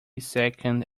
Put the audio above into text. second